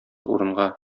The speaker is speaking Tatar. урынга